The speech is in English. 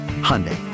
Hyundai